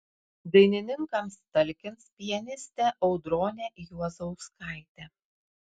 dainininkams talkins pianistė audronė juozauskaitė